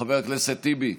חבר הכנסת טיבי,